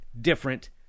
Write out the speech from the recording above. different